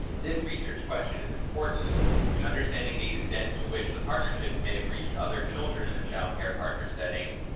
this research question is important in understanding the extent to which the partnerships may have reached other children in the child care partner settings,